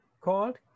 called